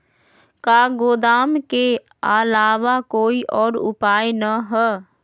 का गोदाम के आलावा कोई और उपाय न ह?